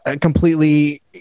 completely